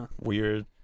weird